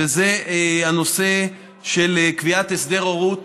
וזה הנושא של קביעת הסדר הורות